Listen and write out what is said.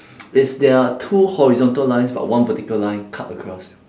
is they're two horizontal lines but one vertical line cut across